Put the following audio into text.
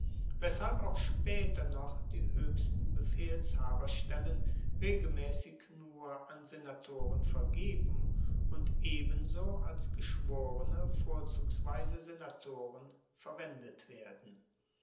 weshalb auch spaeter noch die hoechsten befehlshaberstellen regelmaessig nur an senatoren vergeben und ebenso als geschworene vorzugsweise senatoren verwendet werden